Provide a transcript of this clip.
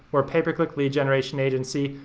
we're a pay-per-click lead generation agency.